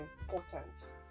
important